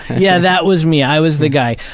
yeah, that was me. i was the guy.